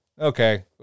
okay